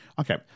Okay